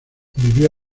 vivió